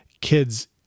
kids